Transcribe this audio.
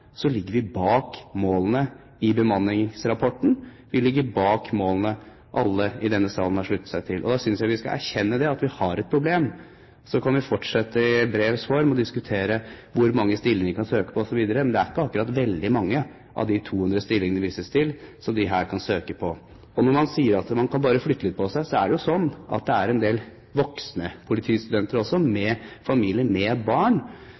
ligger vi etter målene i bemanningsrapporten, og vi ligger etter målene alle i denne salen har sluttet seg til. Da synes jeg vi skal erkjenne at vi har et problem. Så kan vi fortsette i brevs form å diskutere hvor mange stillinger de kan søke på, osv., men det er ikke veldig mange av de 200 stillingene det vises til, som de kan søke på. Og når man sier at man bare kan flytte litt på seg, så er det jo slik at det også er en del voksne politistudenter, med familie, med barn.